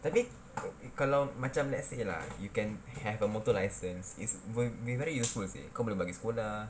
tapi kalau macam let's say lah you can have a motor license it's will be very useful seh kau boleh pergi sekolah